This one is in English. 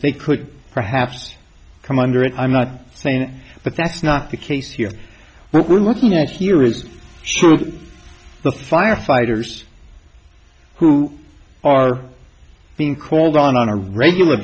think could perhaps come under it i'm not saying but that's not the case here what we're looking at here is the firefighters who are being called on on a regular